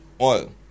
oil